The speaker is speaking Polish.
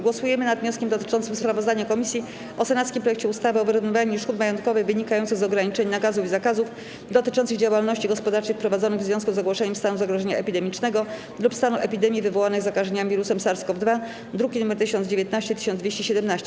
Głosujemy nad wnioskiem dotyczącym sprawozdania komisji o senackim projekcie ustawy o wyrównywaniu szkód majątkowych wynikających z ograniczeń, nakazów i zakazów dotyczących działalności gospodarczej wprowadzonych w związku z ogłoszeniem stanu zagrożenia epidemicznego lub stanu epidemii wywołanych zakażeniami wirusem SARS-CoV-2, druki nr 1019 i 1217.